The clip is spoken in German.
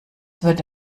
würde